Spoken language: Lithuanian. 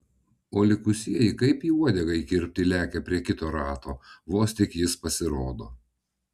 o likusieji kaip į uodegą įkirpti lekia prie kito rato vos tik jis pasirodo